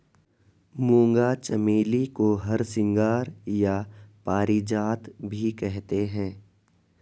मूंगा चमेली को हरसिंगार या पारिजात भी कहते हैं